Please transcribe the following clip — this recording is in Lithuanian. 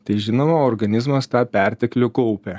tai žinoma organizmas tą perteklių kaupia